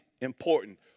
important